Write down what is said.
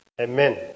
Amen